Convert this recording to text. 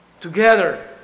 together